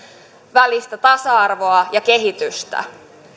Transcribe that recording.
välistä tasa arvoa ja kehitystä